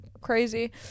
crazy